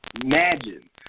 imagine